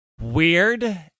weird